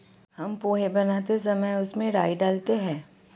हम पोहा बनाते समय उसमें राई डालते हैं